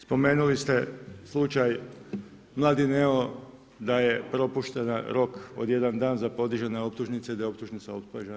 Spomenuli ste slučaj Mladineo da je propušten rok od jedan dan za podizanje optužnice, da je optužnica odbačena.